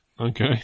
Okay